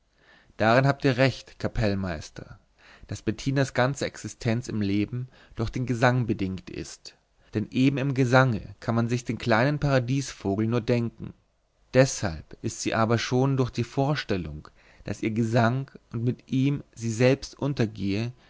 darin habt ihr recht kapellmeister daß bettinas ganze existenz im leben durch den gesang bedingt ist denn eben im gesange kann man sich den kleinen paradiesvogel nur denken deshalb ist sie aber schon durch die vorstellung daß ihr gesang und mit ihm sie selbst untergehe